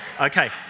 okay